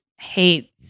hate